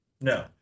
No